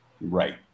right